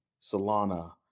Solana